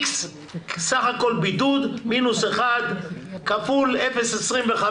X סך הכול בידוד מינוס 1 כפול 0.25,